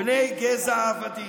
בני גזע העבדים,